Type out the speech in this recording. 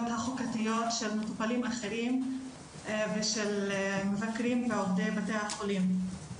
החוקתיות של מטופלים אחרים ושל מבקרים ועובדי בתי החולים.